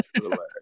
relax